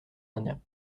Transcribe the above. indiens